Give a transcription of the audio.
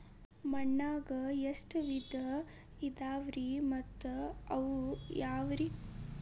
ಮಣ್ಣಾಗ ಎಷ್ಟ ವಿಧ ಇದಾವ್ರಿ ಮತ್ತ ಅವು ಯಾವ್ರೇ?